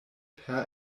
per